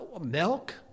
Milk